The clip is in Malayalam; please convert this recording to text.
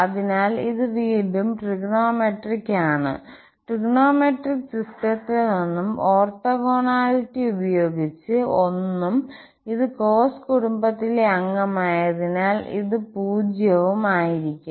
അതിനാൽ ഇത് വീണ്ടും ട്രിഗണോമെട്രിക് ആണ് ട്രിഗണോമെട്രിക് സിസ്റ്റത്തിൽ നിന്നും ഓർത്തോഗോണാലിറ്റി ഉപയോഗിച്ച് 1 ഉം ഇത് കോസ് കുടുംബത്തിലെ അംഗമായതിനാൽ ഇത് 0 ആയിരിക്കും